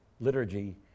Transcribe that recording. liturgy